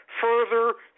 further